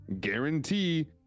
guarantee